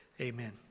Amen